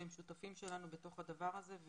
שהם שותפים שלנו בתוך הדבר הזה,